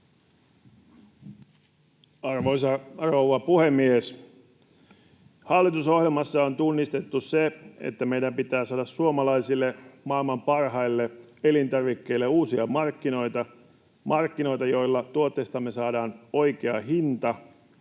Arvoisa rouva puhemies! Hallitusohjelmassa on tunnistettu se, että meidän pitää saada suomalaisille, maailman parhaille elintarvikkeille uusia markkinoita, joilla tuotteistamme saadaan oikea hinta,